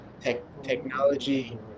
Technology